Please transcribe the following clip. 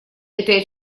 этой